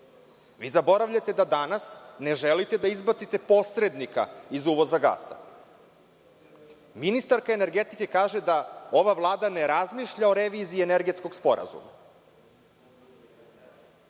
Zaboravljate da danas ne želite da izbacite posrednika iz uvoza gasa. Ministarka energetike kaže da ova Vlada ne razmišlja o reviziji Energetskog sporazuma.